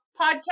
Podcast